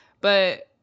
but-